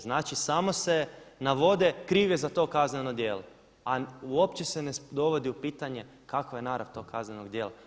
Znači samo se navode kriv je za to kazneno djelo, a uopće se ne dovodi u pitanje kakva je narav tog kaznenog djela.